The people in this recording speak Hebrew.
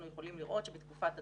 אנחנו יכולים לראות שבתקופת הדוח,